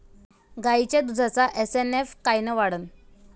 गायीच्या दुधाचा एस.एन.एफ कायनं वाढन?